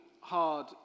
hard